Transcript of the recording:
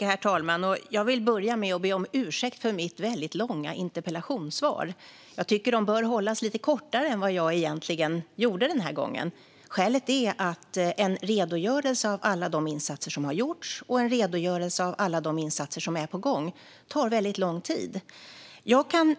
Herr talman! Jag vill börja med att be om ursäkt för mitt långa interpellationssvar. Jag tycker att de bör hållas lite kortare än vad jag gjorde den här gången. Skälet är att en redogörelse för alla insatser som har gjorts och alla insatser som är på gång tar lång tid. Jag kan